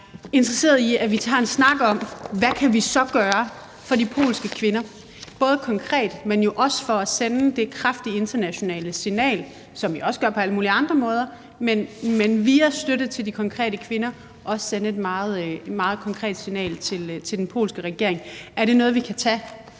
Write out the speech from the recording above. interesseret i, at vi tager en snak om, hvad vi så kan gøre for de polske kvinder, både konkret, men jo også for at sende det kraftige internationale signal, som vi jo også gør på alle mulige andre måder, altså via støtte til de konkrete kvinder at sende et meget konkret signal til den polske regering? Er det noget, vi kan tage